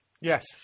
Yes